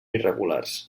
irregulars